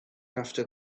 after